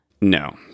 No